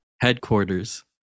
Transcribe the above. headquarters